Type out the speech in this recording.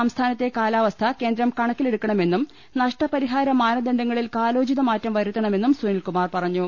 സംസ്ഥാനത്തെ കാലാവസ്ഥ കേന്ദ്രം കണക്കി ലെടുക്കണമെന്നും നഷ്ടപരിഹാര മാനദണ്ഡങ്ങളിൽ കാലോചിത മാറ്റം വരുത്തണമെന്നും സുനിൽകുമാർ പറഞ്ഞു